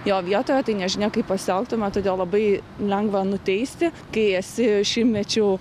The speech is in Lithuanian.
jo vietoje tai nežinia kaip pasielgtume todėl labai lengva nuteisti kai esi šimtmečiu